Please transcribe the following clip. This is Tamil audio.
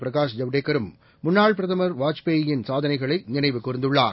பிரகாஷ் ஜவடேகரும் முன்னாள் பிரதமர் வாஜ்பாயின் சாதனைகளை நினைவு கூர்ந்துள்ளார்